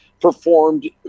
performed